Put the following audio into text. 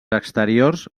exteriors